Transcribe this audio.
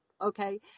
okay